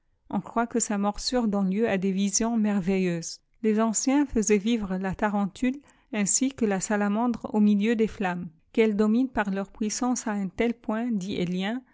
on croit que sa morsure donne lieu à des visions merveilleuses les anciens faisaient vivre la tarentule ainsi que la salamandre au milieu des flammes qu'elles dominent parleur puissance à un tel point ditelien